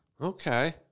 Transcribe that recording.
Okay